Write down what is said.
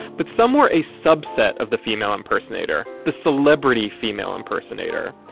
but some more a subset of the female impersonator. the celebrity female impersonator.